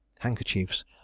Handkerchiefs